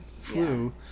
flu